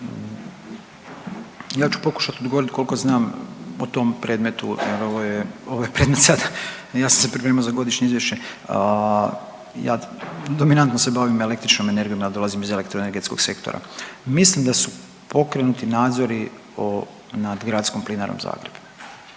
Ja ću pokušati odgovorit koliko znam o tom predmetu jer ovo je, ovo je predmet sad, a ja sam se pripremao za godišnje izvješće. Ja dominantno se bavim električnom energijom, ja dolazim iz elektroenergetskog sektora. Mislim da su pokrenuti nadzori o, nad Gradskom plinarom Zagreb.